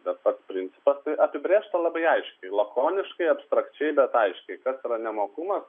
bet pats principas apibrėžta labai aiškiai lakoniškai abstrakčiai bet aiškiai kas yra nemokumas